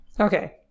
Okay